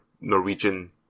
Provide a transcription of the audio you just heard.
Norwegian